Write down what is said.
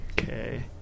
Okay